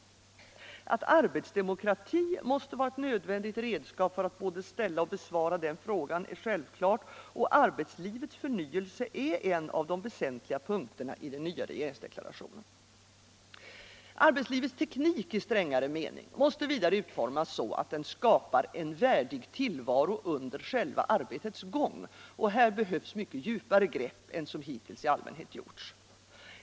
Att arbetsdemokrati måste vara ett nödvändigt redskap för att både ställa och besvara denna fråga är självklart. och arbetslivets förnvelse är en av de väsentliga punkterna i den nya regeringsdeklarationen. Arbetslivets teknik i strängare mening måste vidare utformas så att den skapar en värdig tillvaro under själva arbetets gång. Här behövs mycket djupare grepp än som hittills i allmänhet tagits.